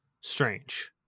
strange